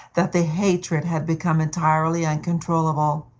that the hatred had become entirely uncontrollable.